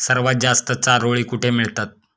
सर्वात जास्त चारोळी कुठे मिळतात?